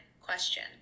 question